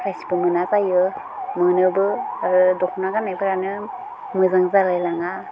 प्राइजबो मोना जायो मोनोबो आरो दख'ना गाननायफोरानो मोजां जालायलाङा